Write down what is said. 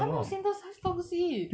他没有 synthesise 东西